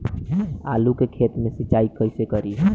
आलू के खेत मे सिचाई कइसे करीं?